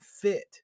fit